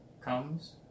comes